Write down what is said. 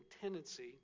tendency